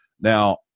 Now